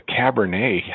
Cabernet